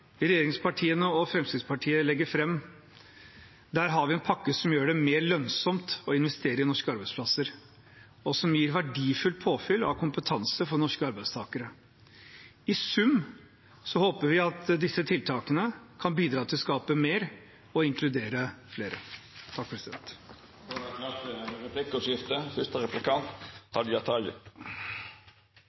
regjeringspartiene og Fremskrittspartiet legger fram, har vi en pakke som gjør det mer lønnsomt å investere i norske arbeidsplasser, og som gir verdifullt påfyll av kompetanse for norske arbeidstakere. I sum håper vi at disse tiltakene kan bidra til å skape mer og inkludere flere.